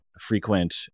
frequent